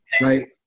right